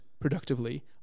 productively